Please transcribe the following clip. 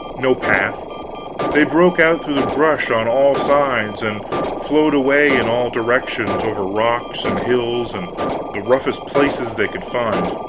no path they broke out through the brush on all sides, and flowed away in all directions, over rocks, and hills, and the roughest places they could find.